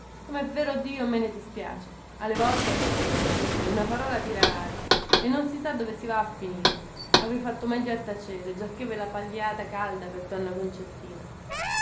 comè vero dio me ne dispiace alle volte lo sapete una parola tira laltra e non si sa dove si va a finire avrei fatto meglio a tacere giacchè ve la pigliate calda per donna concettina